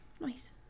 Nice